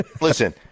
listen